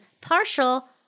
partial